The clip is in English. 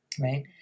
right